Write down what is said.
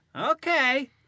Okay